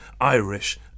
Irish